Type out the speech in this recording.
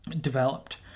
developed